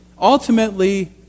ultimately